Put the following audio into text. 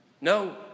No